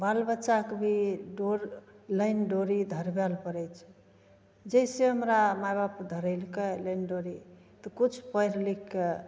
बाल बच्चाके भी डोर लाइन डोरी धरबैले पड़ै छै जइसे हमरा माइ बाप धरेलकै लाइन डोरी तऽ किछु पढ़ि लिखिके